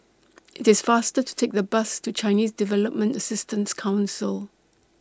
IT IS faster to Take The Bus to Chinese Development Assistance Council